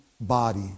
body